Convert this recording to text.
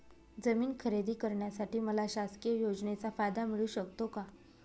जमीन खरेदी करण्यासाठी मला शासकीय योजनेचा फायदा मिळू शकतो का?